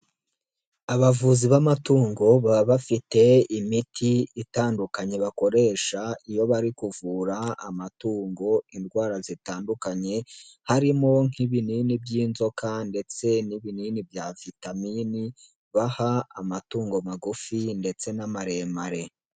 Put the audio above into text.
Abavuzi b'amatungo baba bafite imiti itandukanye bakoresha iyo bari kuvura amatungo indwara zitandukanye, harimo nk'ibinini by'inzoka ndetse n'ibinini bya vitamini baha amatungo magufi ndetse n'amaremare.